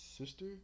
sister